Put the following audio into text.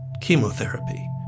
chemotherapy